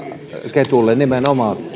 ketulle nimenomaan